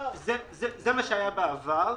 מה שהיה בעבר.